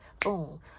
boom